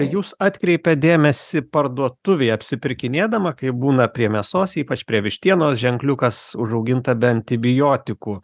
jūs atkreipiat dėmesį parduotuvėj apsipirkinėdama kai būna prie mėsos ypač prie vištienos ženkliukas užauginta be antibiotikų